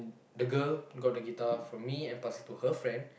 the girl got the guitar from me and passed it to her friend